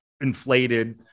inflated